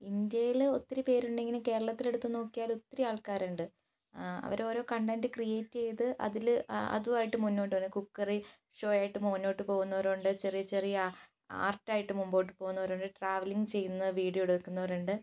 ഇന്ത്യയിൽ ഒത്തിരി പേരുണ്ടെങ്കിലും കേരളത്തിൽ എടുത്ത് നോക്കിയാൽ ഒത്തിരി ആൾക്കാരുണ്ട് അവർ ഓരോ കണ്ടന്റ് ക്രിയേറ്റ് ചെയ്ത് അതിൽ അതുമായിട്ട് മുന്നോട്ട് വരും കുക്കറി ഷോ ആയിട്ട് മുന്നോട്ട് പോകുന്നവരുണ്ട് ചെറിയ ചെറിയ ആർട്ടായിട്ട് മുമ്പോട്ട് പോകുന്നവരുണ്ട് ട്രാവലിംഗ് ചെയ്യുന്ന വീഡിയോ എടുക്കുന്നവരുണ്ട്